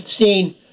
seen